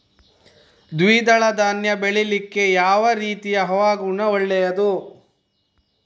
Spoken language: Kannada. ದ್ವಿದಳ ಧಾನ್ಯ ಬೆಳೀಲಿಕ್ಕೆ ಯಾವ ರೀತಿಯ ಹವಾಗುಣ ಒಳ್ಳೆದು?